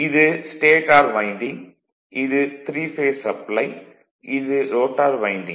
இது stator winding இது three phase supply இது ரோட்டார் வைண்டிங்